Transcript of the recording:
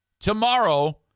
Tomorrow